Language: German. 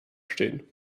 stehen